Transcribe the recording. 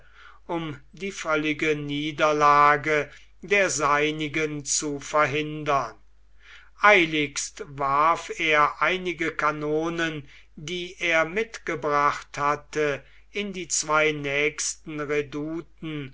um die völlige niederlage der seinigen zu verhindern eiligst warf er einige kanonen die er mitgebracht hatte in die zwei nächsten